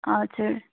हजुर